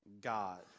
god